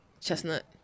Chestnut